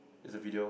it's a video